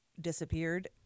disappeared